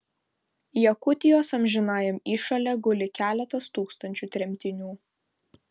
jakutijos amžinajam įšale guli keletas tūkstančių tremtinių